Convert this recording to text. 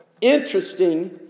interesting